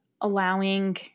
allowing